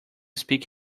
speak